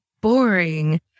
boring